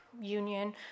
union